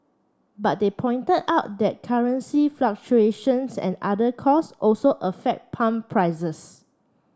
but they pointed out that currency fluctuations and other costs also affect pump prices